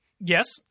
Yes